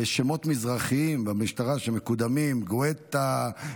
שמות מזרחיים במשטרה שמקודמים: גואטה,